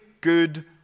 good